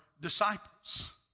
disciples